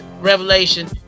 revelation